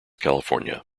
california